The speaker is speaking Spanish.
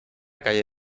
calle